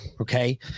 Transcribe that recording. Okay